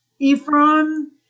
Ephron